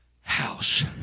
house